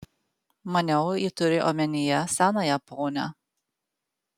maniau ji turi omenyje senąją ponią